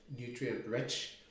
nutrient-rich